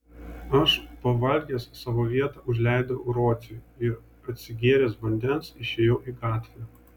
aš pavalgęs savo vietą užleidau rociui ir atsigėręs vandens išėjau į gatvę